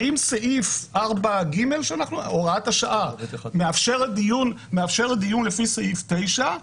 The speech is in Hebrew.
האם הוראת השעה מאפשרת דיון לפי סעיף 9?